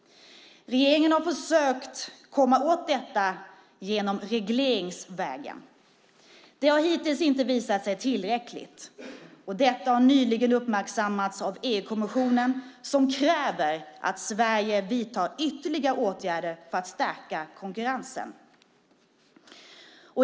Regeringen har försökt komma åt detta genom regleringsvägen. Det har hittills inte visat sig vara tillräckligt. Detta har nyligen uppmärksammats av EU-kommissionen som kräver att Sverige vidtar ytterligare åtgärder för att stärka konkurrensen.